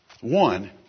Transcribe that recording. One